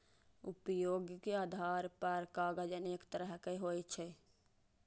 उपयोगक आधार पर कागज अनेक तरहक होइ छै